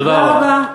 תודה רבה.